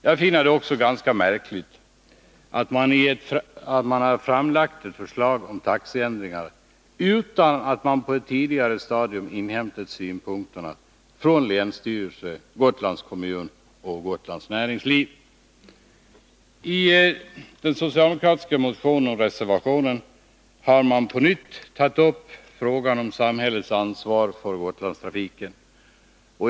Jag finner det också ganska märkligt att man har framlagt ett förslag om taxeändringar utan att på ett tidigare stadium ha inhämtat synpunkter från länsstyrelsen, Gotlands kommun och Gotlands näringsliv. I den socialdemokratiska motionen och reservationen har på nytt tagits upp frågan om samhällets ansvar för Gotlandstrafiken.